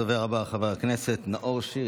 הדובר הבא הוא חבר הכנסת נאור שירי.